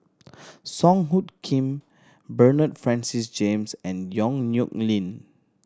Song Hoot Kiam Bernard Francis James and Yong Nyuk Lin